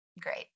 great